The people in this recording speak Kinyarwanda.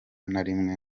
narimwe